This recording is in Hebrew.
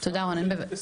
תודה, רונן.